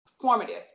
formative